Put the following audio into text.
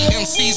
MC's